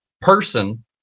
person